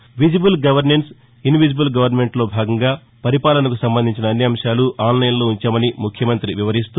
visible governance invisible గవర్నమెంట్లో భాగంగా పరిపాలనకు సంబంధించిన అన్ని అంశాలూ ఆన్లైన్లో ఉంచామని ముఖ్యమంత్రి వివరిస్తూ